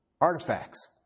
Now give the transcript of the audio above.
artifacts